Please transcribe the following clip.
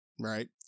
right